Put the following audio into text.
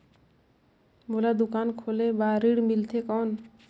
मोला दुकान खोले बार ऋण मिलथे कौन?